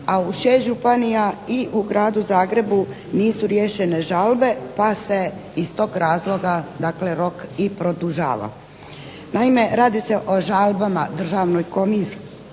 a u 6 županije i u Gradu Zagrebu nisu riješene žalbe pa se iz toga razloga rok produžava. Naime, radi se o žalbama Državnoj komisiji